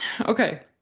Okay